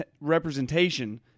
representation